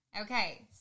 Okay